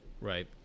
Right